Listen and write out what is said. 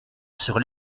sur